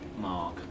Mark